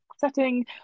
setting